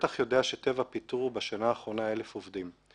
בטח יודע שטבע פיטרו בשנה האחרונה 1,000 עובדים.